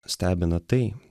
stebina tai